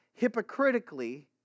hypocritically